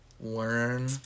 learn